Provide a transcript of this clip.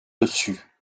dessus